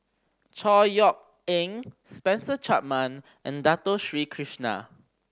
Chor Yeok Eng Spencer Chapman and Dato Sri Krishna